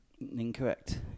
Incorrect